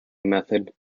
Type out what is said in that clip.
method